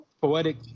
Poetic